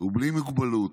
ובלי מוגבלות.